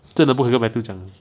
真的不可以跟 matthew 讲